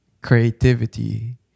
creativity